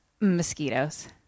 mosquitoes